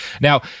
Now